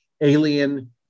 Alien